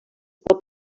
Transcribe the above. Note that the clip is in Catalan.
pot